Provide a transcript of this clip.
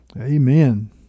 Amen